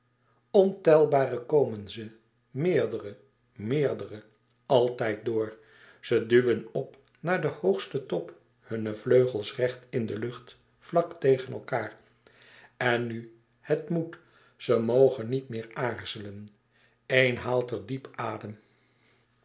ontèlbare komen ze meerdere meerdere altijd door ze duwen op naar den hoogsten top hunne vleugels recht in de lucht vlak tegen elkaâr en nu het moet ze mogen niet meer aarzelen éen haalt er diep adem